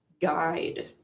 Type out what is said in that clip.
guide